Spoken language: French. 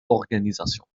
organisation